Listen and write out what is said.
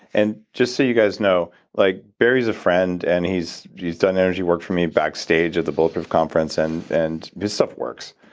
and just so you guys know, like barry's a friend, and he's he's done energy work for me back stage at the bulletproof conference. and and this stuff works.